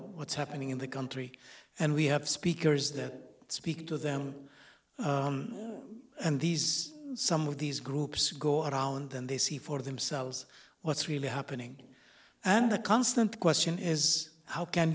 what's happening in the country and we have speakers that speak to them and these some of these groups go around and they see for themselves what's really happening and the constant question is how can